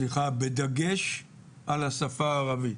סליחה, בדגש על השפה הערבית.